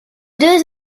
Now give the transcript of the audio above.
deux